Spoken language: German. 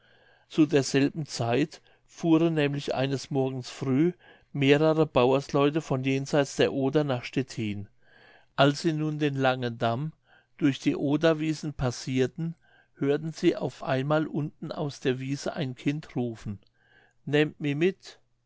zu derselben zeit fuhren nämlich eines morgens früh mehrere bauersleute von jenseits der oder nach stettin als sie nun den langen damm durch die oderwiesen passirten hörten sie auf einmal unten aus der wiese ein kind rufen nähmt mi mit